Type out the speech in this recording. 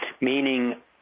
meaning